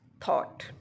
thought